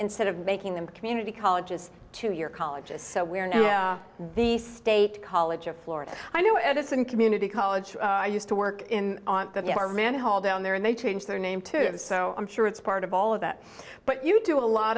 instead of making them community colleges two year colleges so we're in the state college of florida i know edison community college i used to work in our man hall down there and they change their name to it so i'm sure it's part of all of that but you do a lot